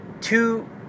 two